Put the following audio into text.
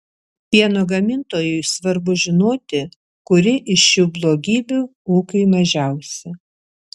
pieno gamintojui svarbu žinoti kuri iš šių blogybių ūkiui mažiausia